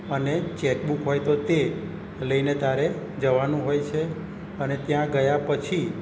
અને ચેકબુક હોય તો તે લઈને તારે જવાનું હોય છે અને ત્યાં ગયા પછી